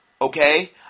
Okay